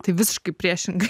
tai visiškai priešingai